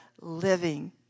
living